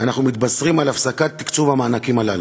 אנחנו מתבשרים על הפסקת תקצוב המענקים הללו.